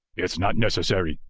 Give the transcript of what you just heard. it is not necessary,